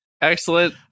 excellent